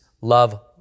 love